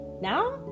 now